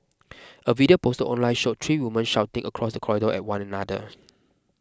a video posted online showed three women shouting across the corridor at one another